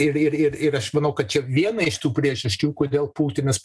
ir ir ir ir aš manau kad čia viena iš tų priežasčių kodėl putinas